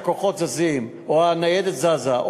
שהכוחות זזים או הניידת זזה,